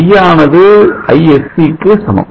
I ஆனது Isc க்கு சமம்